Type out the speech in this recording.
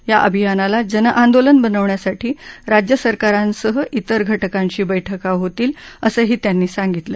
या अभियानाला जनआंदोलन बनवण्यासाठी राज्य सरकारांसह विर घटकांशी बैठका होतील असंही त्यांनी सांगितलं